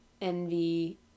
envy